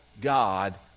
god